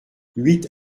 huit